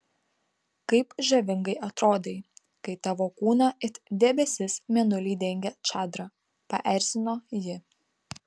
kaip žavingai atrodai kai tavo kūną it debesis mėnulį dengia čadra paerzino ji